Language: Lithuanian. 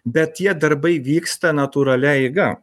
bet tie darbai vyksta natūralia eiga